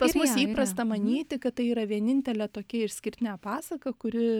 pas mus įprasta manyti kad tai yra vienintelė tokia išskirtinė pasaka kuri